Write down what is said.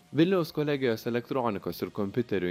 vilniaus kolegijos elektronikos ir kompiuterių